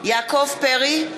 יעקב פרי,